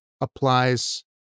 applies